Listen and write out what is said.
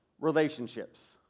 relationships